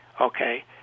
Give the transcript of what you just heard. Okay